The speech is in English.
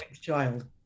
child